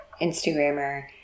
Instagrammer